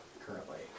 currently